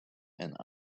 and